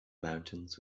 mountains